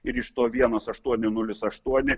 ir iš to vienas aštuoni nulis aštuoni